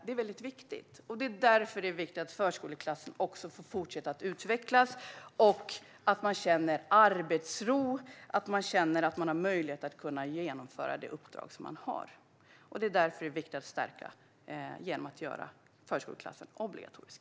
Det är därför som det är viktigt att förskoleklassen också får fortsätta att utvecklas. Man måste i förskoleklassen få känna arbetsro och känna att man har möjlighet att genomföra det uppdrag som man har. Det är därför som det är viktigt att förskolan stärks genom att den görs obligatorisk.